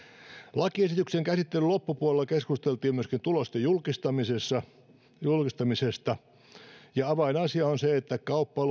lakiesityksen käsittelyn loppupuolella keskusteltiin myöskin tulosten julkistamisesta julkistamisesta ja avainasia on se että